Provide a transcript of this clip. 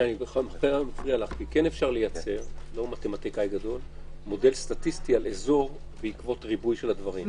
אפשר לייצר מודל סטטיסטי על אזור בעקבות ריבוי של הדברים.